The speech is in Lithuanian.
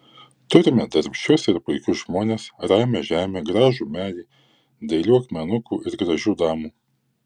turime darbščius ir puikius žmones ramią žemę gražų medį dailių akmenukų ir gražių damų